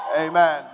Amen